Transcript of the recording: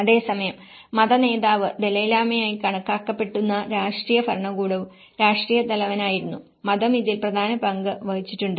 അതേസമയം മതനേതാവ് ദലൈലാമയായി കണക്കാക്കപ്പെടുന്ന രാഷ്ട്രീയ ഭരണകൂടവും രാഷ്ട്രീയ തലവനായിരുന്നു മതം ഇതിൽ പ്രധാന പങ്ക് വഹിച്ചിട്ടുണ്ട്